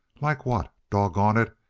like what? doggone it,